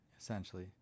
essentially